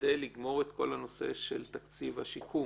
כדי לגמור את כל הנושא של תקציב השיקום,